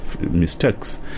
mistakes